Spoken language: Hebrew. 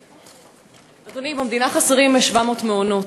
אדוני, חסרים במדינה 700 מעונות.